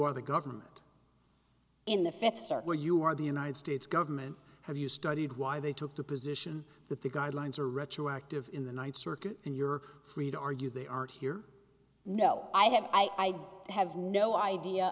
are the government in the fifth circle you are the united states government have you studied why they took the position that the guidelines are retroactive in the ninth circuit and you're free to argue they aren't here no i have i have no idea